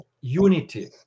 unity